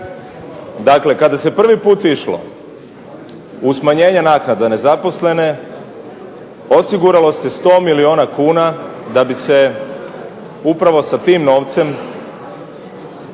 Dakle, kada se prvi put išlo u smanjenje naknade za nezaposlene osiguralo se 100 milijuna kuna da bi se upravo sa tim novcem